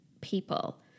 people